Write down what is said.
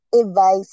advice